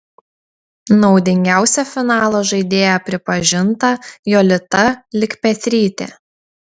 naudingiausia finalo žaidėja pripažinta jolita likpetrytė